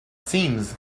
seams